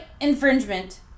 infringement